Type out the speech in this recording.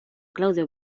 claudio